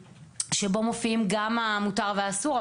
בו מופיע גם מה מותר ומה אסור,